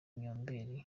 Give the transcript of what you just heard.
nyombeli